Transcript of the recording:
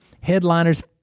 Headliners